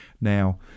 Now